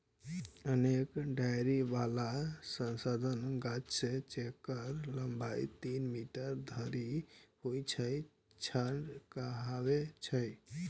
अनेक डारि बला सघन गाछ, जेकर लंबाइ तीन मीटर धरि होइ छै, झाड़ कहाबै छै